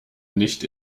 nicht